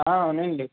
అవునండి